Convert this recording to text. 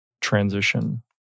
transition